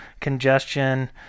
congestion